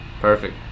Perfect